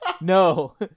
No